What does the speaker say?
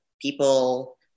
people